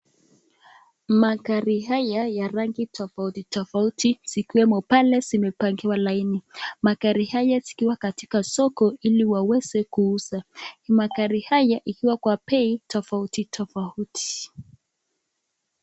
Magari haya ya rangi tofauti tofauti zikiwemo pale zimepangiwa laini, magari haya zikiwa katika soko ili waweze kuuza, magari haya ikiwa kwa bei tofauti tofauti.